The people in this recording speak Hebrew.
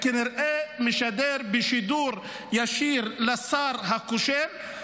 וכנראה משדר בשידור ישיר לשר הכושל.